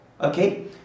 okay